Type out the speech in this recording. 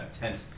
tent